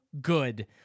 good